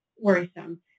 worrisome